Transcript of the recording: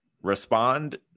respond